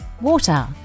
water